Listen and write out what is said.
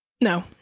No